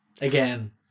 again